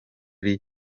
ari